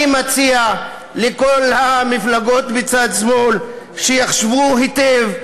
אני מציע לכל המפלגות בצד שמאל שיחשבו היטב.